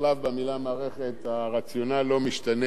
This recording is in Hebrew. הרציונל לא משתנה, הדברים ברורים.